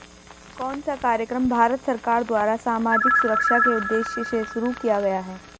कौन सा कार्यक्रम भारत सरकार द्वारा सामाजिक सुरक्षा के उद्देश्य से शुरू किया गया है?